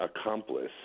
accomplice